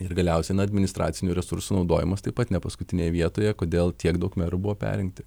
ir galiausiai na administracinių resursų naudojimas taip pat ne paskutinėj vietoje kodėl tiek daug merų buvo perrinkti